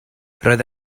roedd